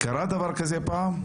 קרה דבר כזה פעם?